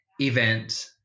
event